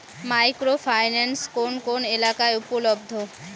Micro finance কোন কোন এলাকায় উপলব্ধ?